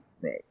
right